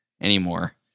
anymore